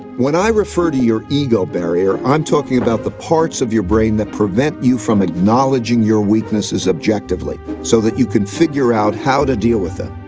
when i refer to your ego barrier, i'm talking about the parts of your brain that prevent you from acknowledging your weaknesses objectively, so that you can figure out how to deal with them.